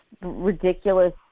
ridiculous